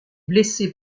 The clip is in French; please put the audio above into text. blessé